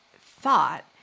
thought